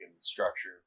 structure